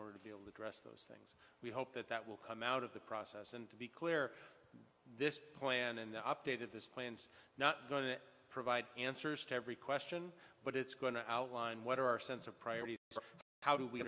order to be able to dress those things we hope that that will come out of the process and to be clear this plan and the updated this plan's not going to provide answers to every question but it's going to outline what are our sense of priority how do we